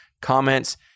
comments